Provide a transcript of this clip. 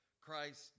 Christ